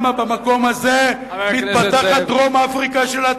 חבר הכנסת זאב, לא להפריע.